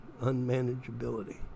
unmanageability